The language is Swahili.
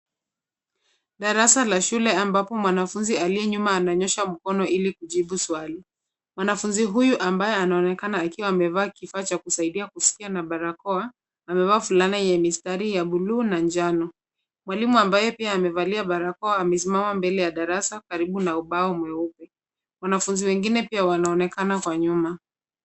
Darasa la shule ambapo mwanafunzi aliye nyuma ananyosha mkono ili kujibu swali. Mwanafunzi huyu ambaye anaonekana akiwa amevaa kifaa cha kusaidia kusikia na barakoa amevaa fulana yenye mistari ya bluu na njano. Mwalimu ambaye pia amevalia barakoa amesimama mbele ya darasa karibu na ubao mweupe. Wanafunzi wengine pia wanaonekana kwa nyuma.